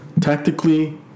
Tactically